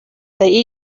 they